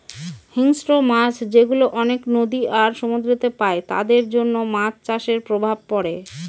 হিংস্র মাছ যেগুলা অনেক নদী আর সমুদ্রেতে পাই তাদের জন্য মাছ চাষের প্রভাব পড়ে